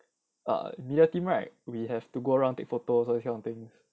uh media team right we have to go around take photos all these kind of things